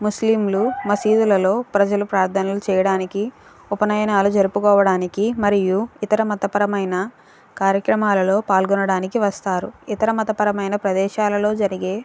ముస్లీంలు మసీదులలో ప్రజలు ప్రార్ధనలు చేయడానికి ఉపనయనాలు జరుపుకోవడానికి మరియు ఇతర మతపరమైన కార్యక్రమాలలో పాల్గొనడానికి వస్తారు ఇతర మతపరమైన ప్రదేశాలలో జరిగే